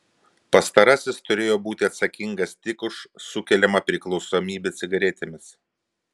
pastarasis turėjo būti atsakingas tik už sukeliamą priklausomybę cigaretėms